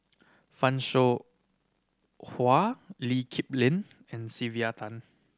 Fan Shao Hua Lee Kip Lin and Sylvia Tan